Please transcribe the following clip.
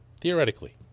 Theoretically